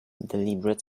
deliberate